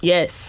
Yes